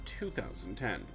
2010